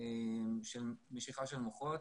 למשיכת מוחות.